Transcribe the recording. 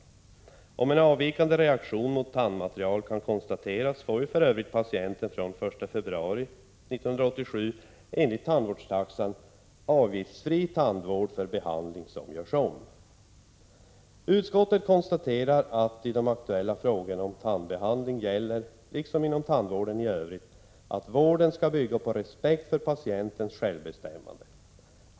Om en avvikande reaktion mot tandmateriel kan konstateras får ju för övrigt patienten från den 1 februari 1987 enligt tandvårdstaxan avgiftsfri tandvård för behandling som görs om. Utskottet konstaterar att i de aktuella frågorna om tandbehandling gäller, liksom inom tandvården i övrigt, att vården skall bygga på respekt för patientens självbestämmande.